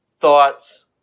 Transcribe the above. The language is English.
thoughts